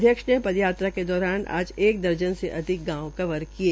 अध्यक्ष ने दयात्रा के दौरान आज एक दर्जन से अधिक गांव कवर किये